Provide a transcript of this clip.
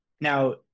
Now